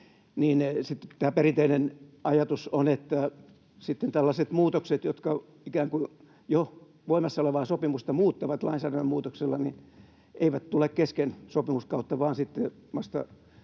perinteinen ajatus on, että tällaiset muutokset, jotka ikään kuin jo voimassa olevaa sopimusta muuttavat lainsäädännön muutoksella, eivät tule voimaan kesken sopimuskautta vaan